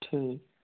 ठीक